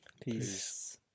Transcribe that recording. peace